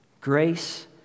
grace